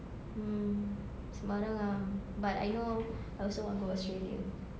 mm sembarang ah but I know I also want to go australia